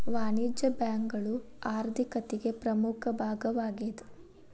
ವಾಣಿಜ್ಯ ಬ್ಯಾಂಕುಗಳು ಆರ್ಥಿಕತಿಗೆ ಪ್ರಮುಖ ಭಾಗವಾಗೇದ